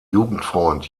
jugendfreund